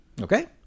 Okay